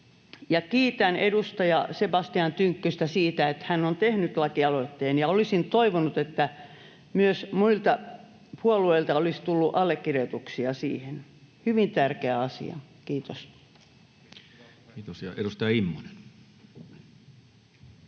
kiitän edustaja Sebastian Tynkkystä siitä, että hän on tehnyt lakialoitteen, ja olisin toivonut, että myös muilta puolueilta olisi tullut allekirjoituksia siihen. Hyvin tärkeä asia. — Kiitos. [Speech 72]